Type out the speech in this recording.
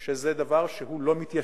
את זה, שזה דבר שהוא לא מתיישב.